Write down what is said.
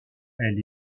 elle